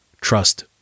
Trust